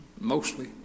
mostly